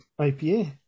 IPA